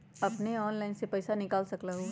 अपने ऑनलाइन से पईसा निकाल सकलहु ह?